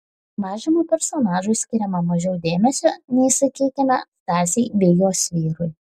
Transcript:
mažrimo personažui skiriama mažiau dėmesio nei sakykime stasei bei jos vyrui